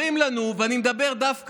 אומרים לנו,